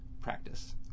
practice